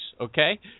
okay